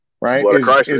Right